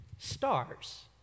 stars